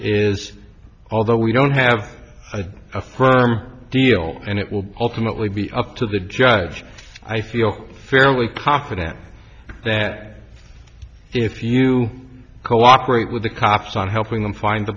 is although we don't have a firm deal and it will be ultimately be up to the judge i feel fairly confident that if you cooperate with the cops on helping them find the